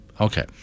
Okay